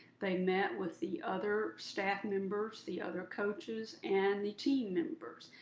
they met with the other staff members, the other coaches, and the team members,